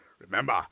Remember